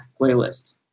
playlist